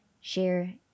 share